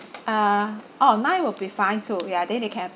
uh oh nine will be fine too ya then they can have